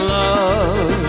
love